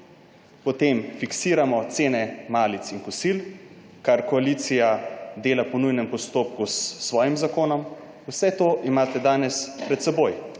potem fiksiramo cene malic in kosil, kar koalicija dela po nujnem postopku s svojim zakonom. Vse to imate danes pred seboj.